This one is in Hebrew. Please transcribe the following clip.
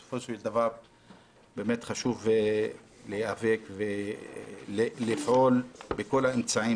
בסופו של דבר חשוב להיאבק ולפעול בכל האמצעים